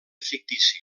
fictici